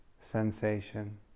sensation